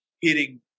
hitting